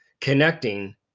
connecting